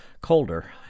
colder